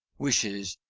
wishes,